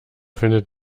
findet